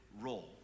role